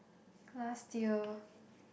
last year